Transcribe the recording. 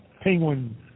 penguin